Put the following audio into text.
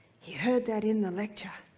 he heard that in the lecture.